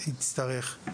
שיצטרך.